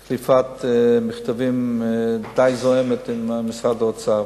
היתה לי חליפת מכתבים די זועמת עם משרד האוצר.